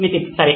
నితిన్ సరే